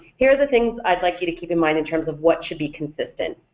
here are the things i'd like you to keep in mind in terms of what should be consistent,